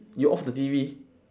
you off the T_V